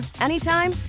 anytime